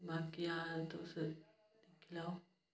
बाकी अग्गे तुस दिक्खी लैओ